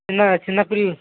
చిన్న చిన్న పిల్లల